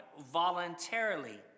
voluntarily